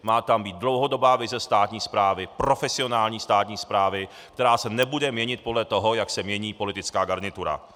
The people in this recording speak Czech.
Má tam být dlouhodobá vize státní správy, profesionální státní správy, která se nebude měnit podle toho, jak se mění politická garnitura.